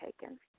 taken